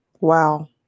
Wow